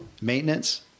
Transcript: maintenance